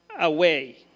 away